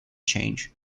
change